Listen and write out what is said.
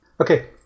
Okay